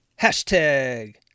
Hashtag